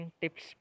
tips